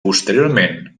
posteriorment